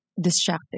distracted